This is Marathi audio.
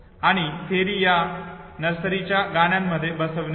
आणि थिअरी या नर्सरीच्या गाण्यांमध्ये बसविणे होय